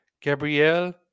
gabrielle